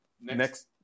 next